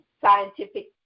scientific